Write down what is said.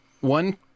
One